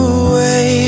away